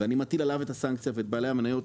ואני מטיל עליו את הסנקציה ובעלי המניות,